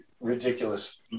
ridiculous